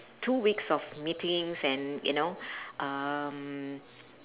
two weeks of meetings and you know um